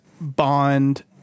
Bond